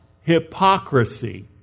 hypocrisy